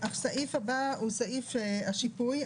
הסעיף הבא הוא סעיף השיפוי,